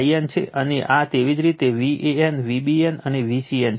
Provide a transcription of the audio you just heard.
અને આ તેવી જ રીતે Van Vbn અને Vcn છે